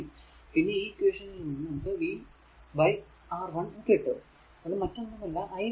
പിന്നെ ഈ ഇക്വേഷനിൽ നിന്നും നമുക്ക് v r R1 കിട്ടും അത് മറ്റൊന്നും അല്ല i 1 ആണ്